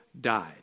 died